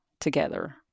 together